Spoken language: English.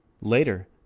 later